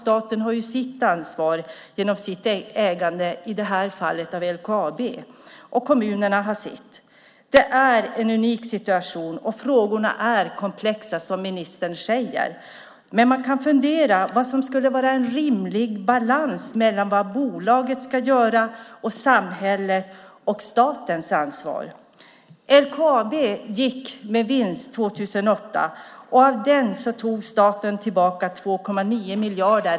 Staten har sitt ansvar genom ägandet av i detta fall LKAB, och kommunerna har sitt ansvar. Det är en unik situation, och som ministern säger är frågorna komplexa. Man kan fundera på vad som skulle vara en rimlig balans mellan vad bolaget och samhället ska göra och vad som är statens ansvar. LKAB gick med vinst 2008, och av den tog staten tillbaka 2,9 miljarder.